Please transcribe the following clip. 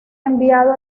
enviado